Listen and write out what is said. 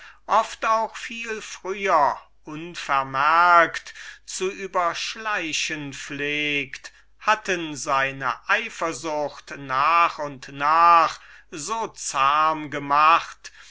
oft auch viel früher unvermerkt zu überschleichen pflegt hatten seine eifersucht so zahm gemacht